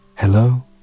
Hello